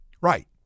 Right